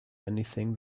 anything